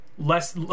Less